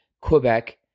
Quebec